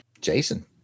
Jason